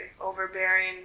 Overbearing